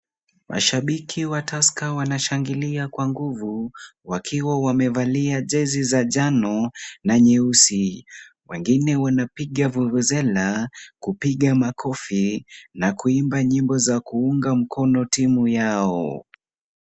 Mashabiki wa Tusker wanashangilia kwa nguvu wakiwa wamevalia jezi za njano na nyeusi. Wengine wanapiga vuvuzela, kupiga makofi na kuimba nyimbo za kuunga mkono timu yao.